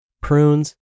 prunes